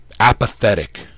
apathetic